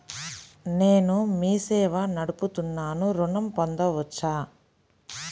నేను మీ సేవా నడుపుతున్నాను ఋణం పొందవచ్చా?